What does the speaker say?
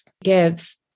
gives